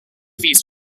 these